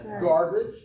Garbage